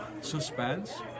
suspense